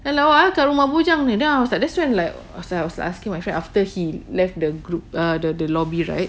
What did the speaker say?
eh lawa kat rumah bujang ni then I was like that's when like I was I was like asking my friend after he left the group ah th~ the lobby right